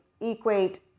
equate